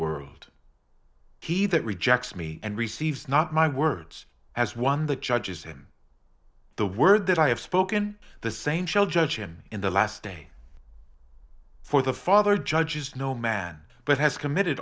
world he that rejects me and receives not my words as one that judges him the word that i have spoken the same shall judge him in the last day for the father judges no man but has committed